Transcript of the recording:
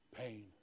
pain